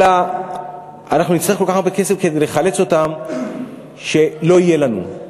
אלא אנחנו נצטרך כל כך הרבה כסף כדי לחלץ אותם שלא יהיה לנו.